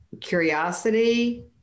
curiosity